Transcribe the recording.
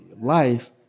life